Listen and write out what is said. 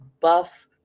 buff